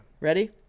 Ready